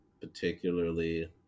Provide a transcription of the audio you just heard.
particularly